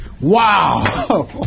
Wow